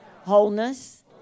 wholeness